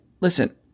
listen